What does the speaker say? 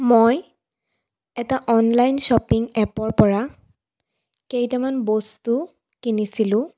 মই এটা online shopping এপৰপৰা কেইটামান বস্তু কিনিছিলোঁ